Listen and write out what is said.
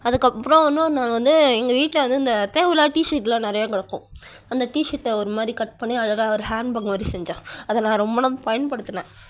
அதுக்கப்புறம் இன்னொரு நாள் வந்து எங்கள் வீட்டில் வந்து இந்த தேவைல்லா டீஷர்ட்டெலாம் நிறையா கிடக்கும் அந்த டீஷர்ட்டை ஒரு மாதிரி கட் பண்ணி அழகாக ஒரு ஹேண்ட் பேக் மாதிரி செஞ்சேன் அதை நான் ரொம்ப நாள் பயன்படுத்தினேன்